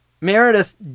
Meredith